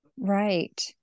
Right